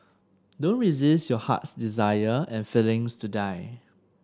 don't resist your heart's desire and feelings to die